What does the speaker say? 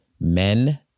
men